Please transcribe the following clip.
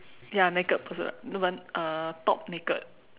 ya naked person no but uh top naked